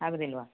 ಅಗೋದಿಲ್ವಾ